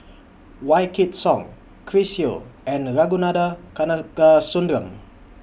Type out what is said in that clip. Wykidd Song Chris Yeo and Ragunathar Kanagasuntheram